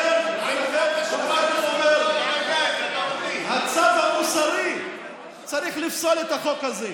לכן אני בא ואומר: הצו המוסרי צריך לפסול את החוק הזה.